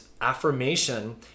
affirmation